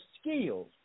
skills